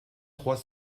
trois